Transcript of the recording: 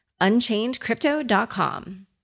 unchainedcrypto.com